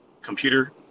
computer